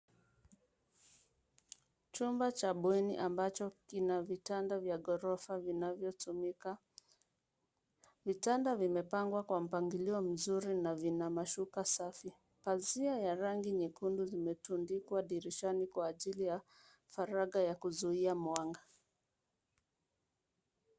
Chumba cha bweni ambacho kina vitanda vya ghorofa vinavyotumika. Vitanda vimepangwa kwa mpangilio mzuri na vina mashuka safi. Pazia ya rangi nyekundu zimetundikwa dirishani kwa ajili ya faragha ya kuzuia mwanga.